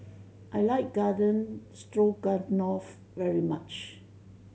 I like Garden Stroganoff very much